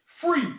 free